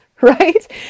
right